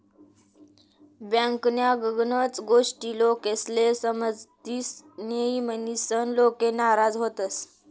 बँकन्या गनच गोष्टी लोकेस्ले समजतीस न्हयी, म्हनीसन लोके नाराज व्हतंस